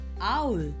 owl